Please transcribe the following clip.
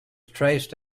traced